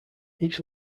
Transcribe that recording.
each